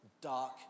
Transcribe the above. dark